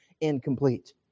incomplete